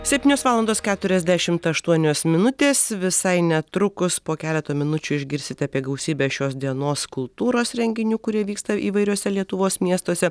septynios valandos keturiasdešimt aštuonios minutės visai netrukus po keleto minučių išgirsite apie gausybę šios dienos kultūros renginių kurie vyksta įvairiuose lietuvos miestuose